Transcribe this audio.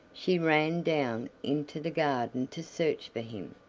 she ran down into the garden to search for him.